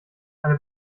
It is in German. eine